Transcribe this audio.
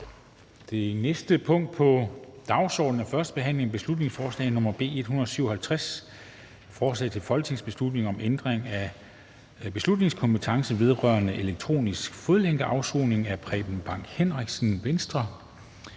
Det næste punkt på dagsordenen er: 36) 1. behandling af beslutningsforslag nr. B 157: Forslag til folketingsbeslutning om ændring af beslutningskompetence vedrørende elektronisk fodlænkeafsoning. Af Preben Bang Henriksen (V)